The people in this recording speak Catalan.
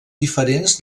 diferents